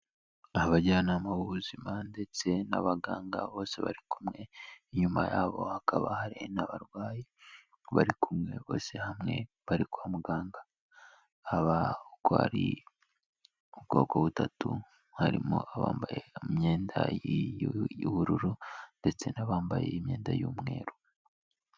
Abajyanama b'ubuzima ndetse n'abaganga bose bari kumwe, inyuma yabo hakaba hari n'abarwayi bari kumwe bose hamwe bari kwa muganga, aba uko ari ubwoko butatu harimo abambaye imyenda y'ubururu ndetse n'abambaye imyenda y'umweru.